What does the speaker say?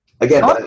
again